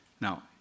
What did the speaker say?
Now